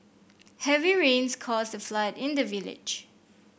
heavy rains caused a flood in the village